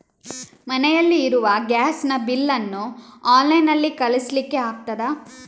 ಮನೆಯಲ್ಲಿ ಇರುವ ಗ್ಯಾಸ್ ನ ಬಿಲ್ ನ್ನು ಆನ್ಲೈನ್ ನಲ್ಲಿ ಕಳಿಸ್ಲಿಕ್ಕೆ ಆಗ್ತದಾ?